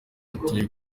atuye